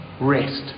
Rest